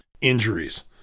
injuries